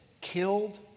killed